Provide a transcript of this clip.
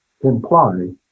imply